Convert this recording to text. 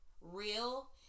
real